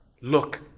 look